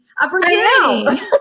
opportunity